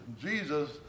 Jesus